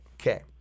Okay